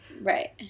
Right